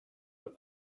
eux